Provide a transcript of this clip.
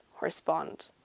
respond